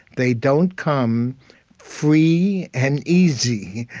they don't come free and easy.